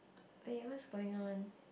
wait what's going on